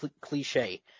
cliche